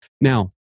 Now